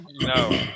No